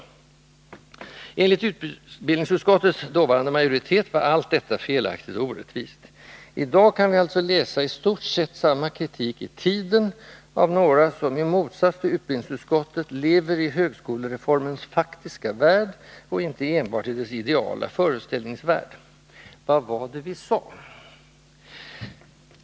Enligt utbildningsutskottets dåvarande majoritet var allt detta felaktigt och orättvist. I dag kan vi alltså läsa i stort sett samma kritik i Tiden, av några som — i motsats till utbildningsutskottet — lever i högskolereformens faktiska värld och icke enbart i dess ideala föreställningsvärld. Vad var det vi sa”?